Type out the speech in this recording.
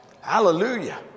Hallelujah